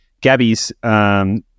Gabby's